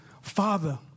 father